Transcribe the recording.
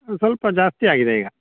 ಸ್ವಲ್ಪ ಜಾಸ್ತಿ ಆಗಿದೆ ಈಗ